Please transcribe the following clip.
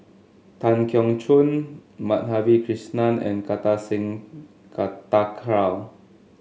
Tan Keong Choon Madhavi Krishnan and Kartar Singh Thakral